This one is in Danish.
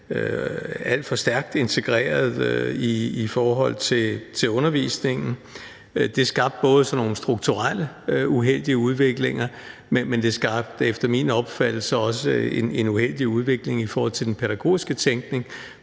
alt for stærkt integreret i forhold til undervisningen. Det skabte både sådan nogle strukturelle uheldige udviklinger, men det skabte efter min opfattelse også en uheldig udvikling i forhold til den pædagogiske tænkning,